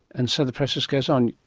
and so the process goes on.